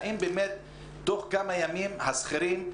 האם באמת תוך כמה ימים השכירים,